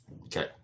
okay